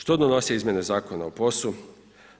Što donose izmjene zakona o POS-u?